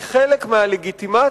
היא חלק מהלגיטימציה